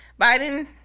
Biden